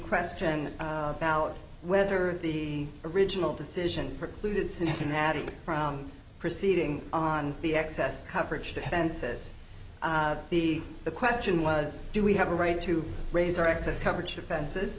question about whether the original decision precluded cincinnati from proceeding on the excess coverage defenses the the question was do we have a right to raise our access temperature offenses